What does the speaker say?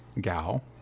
Gal